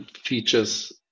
features